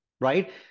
right